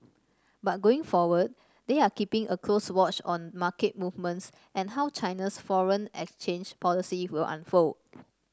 but going forward they are keeping a close watch on market movements and how China's foreign exchange policy will unfold